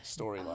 storyline